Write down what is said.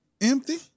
Empty